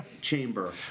chamber